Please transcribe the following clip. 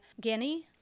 Guinea